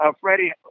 Freddie